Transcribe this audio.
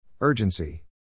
urgency